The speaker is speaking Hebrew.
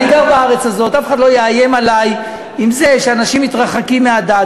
אף אחד לא יאיים עלי עם זה שאנשים מתרחקים מהדת.